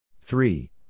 three